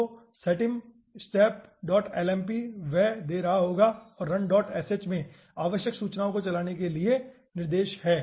तो settimesteplmp वह दे रहा होगा और runsh में आवश्यक सूचनाओं को चलाने के लिए निर्देश है